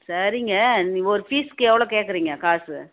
சரிங்க ஒரு பீஸ்க்கு எவ்வளோ கேட்கறீங்க காசு